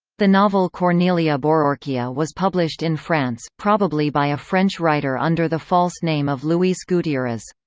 the novel cornelia bororquia was published in france, probably by a french writer under the false name of luis gutierrez.